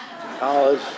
College